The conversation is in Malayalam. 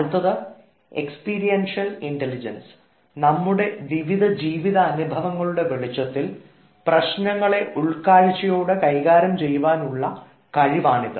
അടുത്തത് എക്സ്പീരിയൻഷ്യൽ ഇൻറലിജൻസ് നമ്മുടെ വിവിധ ജീവിതാനുഭവങ്ങളുടെ വെളിച്ചത്തിൽ പ്രശ്നങ്ങളെ ഉൾക്കാഴ്ചയോടെ കൈകാര്യം ചെയ്യുവാനുള്ള കഴിവാണിത്